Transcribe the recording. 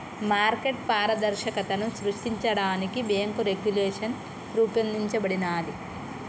market పారదర్శకతను సృష్టించడానికి bank regulation రూపొందించబడినాది